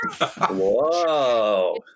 Whoa